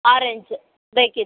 orange ಬೇಕಿತ್ತು